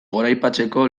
goraipatzeko